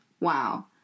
wow